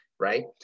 Right